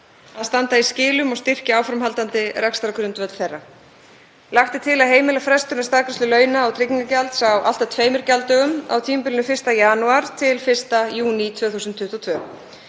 að standa í skilum og styrkja áframhaldandi rekstrargrundvöll þeirra. Lagt er til að heimila frestun á staðgreiðslu launa og tryggingagjalds á allt að tveimur gjalddögum á tímabilinu 1. janúar til 1. júní 2022.